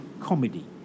comedy